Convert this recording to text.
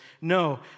No